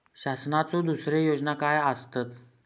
शासनाचो दुसरे योजना काय आसतत?